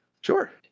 Sure